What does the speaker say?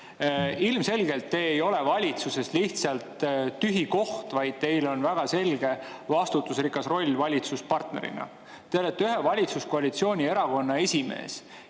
te ei ole valitsuses lihtsalt tühi koht, vaid teil on väga selge vastutusrikas roll valitsuspartnerina. Te olete valitsuskoalitsiooni ühe erakonna esimees.